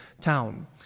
town